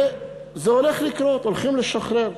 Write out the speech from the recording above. וזה הולך לקרות, הולכים לשחרר.